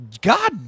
god